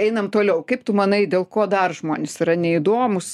einam toliau kaip tu manai dėl ko dar žmonės yra neįdomūs